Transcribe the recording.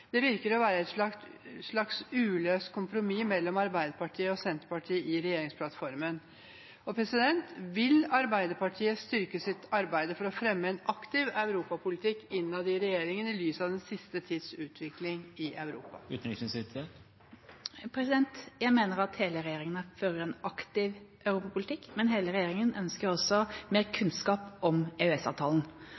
Det virker å være et slags uløst kompromiss mellom Arbeiderpartiet og Senterpartiet i regjeringsplattformen. Vil Arbeiderpartiet styrke sitt arbeid for å fremme en aktiv europapolitikk innad i regjeringen i lys av den siste tids utvikling i Europa? Jeg mener at hele regjeringen fører en aktiv europapolitikk, men hele regjeringen ønsker også mer